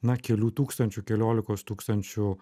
na kelių tūkstančių keliolikos tūkstančių